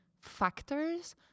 factors